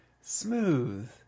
smooth